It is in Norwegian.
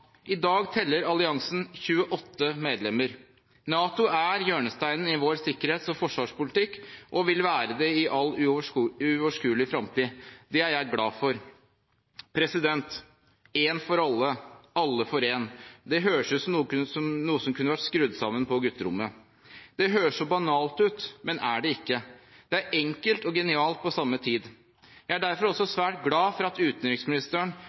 I dag teller alliansen 28 medlemmer. NATO er hjørnesteinen i vår sikkerhets- og forsvarspolitikk og vil være det i all overskuelig fremtid. Det er jeg glad for. Én for alle, alle for én – det høres ut som noe som kunne vært skrudd sammen på gutterommet. Det høres så banalt ut, men er det ikke. Det er enkelt og genialt på samme tid. Jeg er derfor også svært glad for at utenriksministeren